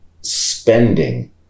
spending